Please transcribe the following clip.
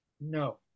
No